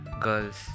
girls